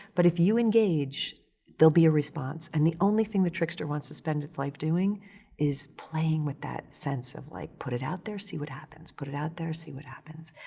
but if you engage there'll be a response. and the only thing the trickster wants to spend its life doing is playing with that sense of, like, put it out there, see what happens. put it out there, see what happens.